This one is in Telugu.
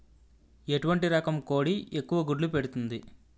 ఎటువంటి రకం కోడి ఎక్కువ గుడ్లు పెడుతోంది?